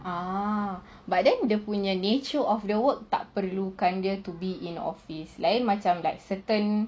ah but then dia punya nature of the work tak perlukan dia to be in office lain macam like certain